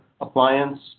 appliance